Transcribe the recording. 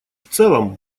целом